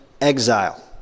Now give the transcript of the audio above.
exile